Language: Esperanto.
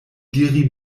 diri